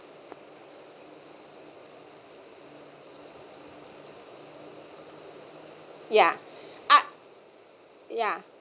ya uh ya